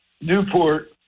Newport